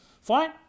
fine